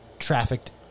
Trafficked